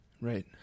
Right